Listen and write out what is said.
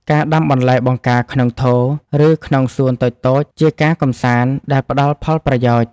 ការដាំបន្លែបង្ការក្នុងថូ ឬក្នុងសួនតូចៗ ជាការកម្សាន្តដែលផ្តល់ផលប្រយោជន៍។